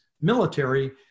military